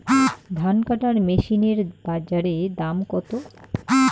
ধান কাটার মেশিন এর বাজারে দাম কতো?